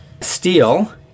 steel